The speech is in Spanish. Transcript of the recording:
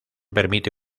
permite